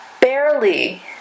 barely